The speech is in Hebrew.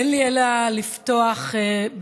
אין לי אלא לפתוח בברכה: